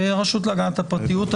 הרשות להגנת הפרטיות.